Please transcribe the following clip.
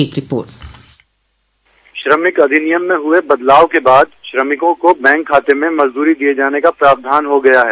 एक रिपोर्ट श्रमिक अधिनियम में हुए बदलाव के बाद श्रमिकों को बैंक खाते में मजदूरी दिये जाने का प्रावधान हो गया है